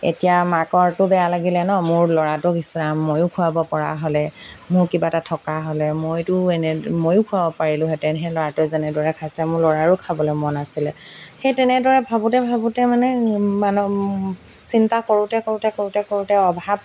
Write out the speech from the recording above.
এতিয়া মাকৰতো বেয়া লাগিলে ন মোৰ ল'ৰাটো ইছ ৰাম ময়ো খুৱাব পৰা হ'লে মোৰ কিবা এটা থকা হ'লে মইতো এনে ময়ো খুৱাব পাৰিলোহেঁতেন সেই ল'ৰাটোৱে যেনেদৰে খাইছে মোৰ ল'ৰাও খাবলৈ মন আছিলে সেই তেনেদৰে ভাবোঁতে ভাবোঁতে মানে মান চিন্তা কৰোঁতে কৰোঁতে কৰোঁতে কৰোঁতে অভাৱ